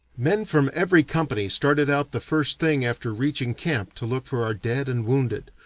men from every company started out the first thing after reaching camp to look for our dead and wounded,